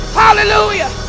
hallelujah